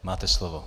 Máte slovo.